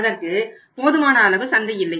அதற்கு போதுமான அளவு சந்தை இல்லை